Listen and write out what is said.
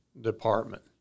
department